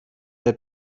wohl